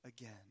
again